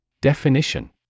Definition